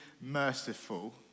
merciful